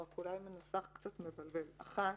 אולי הוא מנוסח קצת בצורה מבלבלת: אחת,